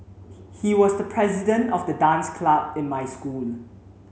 he was the president of the dance club in my school